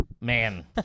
Man